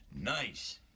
nice